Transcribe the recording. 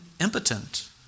impotent